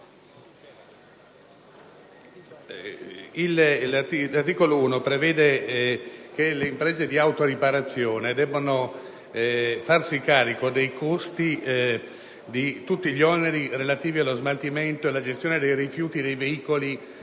l'articolo 1 prevede che le imprese di autoriparazione debbano farsi carico di tutti gli oneri relativi allo smaltimento e alla gestione dei rifiuti dei veicoli